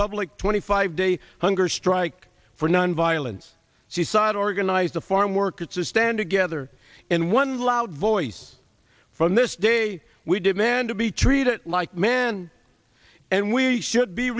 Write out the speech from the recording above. public twenty five day hunger strike for nonviolence she sighed organize the farm workers to stand together and one loud voice from this day we demand to be treated like men and we should be